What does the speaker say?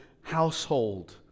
household